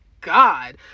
God